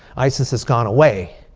isis has gone away.